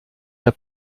der